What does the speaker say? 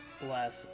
bless